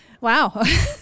Wow